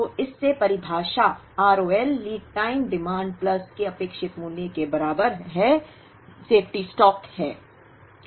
तो इससे परिभाषा ROL lead time demand plus के अपेक्षित मूल्य के बराबर है सुरक्षा भंडार सेफ्टी स्टॉक है